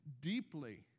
deeply